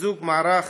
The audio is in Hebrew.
חיזוק מערך